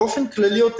באופן כללי יותר,